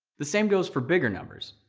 the same goes for bigger numbers.